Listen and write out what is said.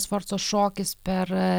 sforcos šokis per